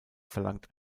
verlangt